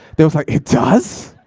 they was like, it does?